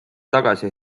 tagasi